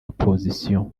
opposition